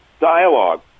dialogue